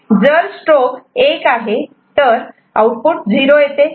जर स्ट्रोब 1 आहे तर आउटपुट 0 येते